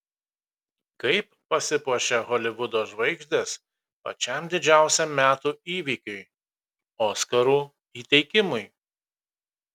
kaip pasipuošia holivudo žvaigždės pačiam didžiausiam metų įvykiui oskarų įteikimui